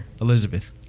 Elizabeth